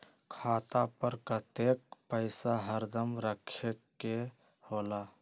खाता पर कतेक पैसा हरदम रखखे के होला?